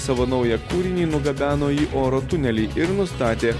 savo naują kūrinį nugabeno į oro tunelį ir nustatė